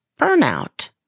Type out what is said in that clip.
burnout